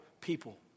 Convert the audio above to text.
people